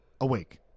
awake